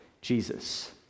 Jesus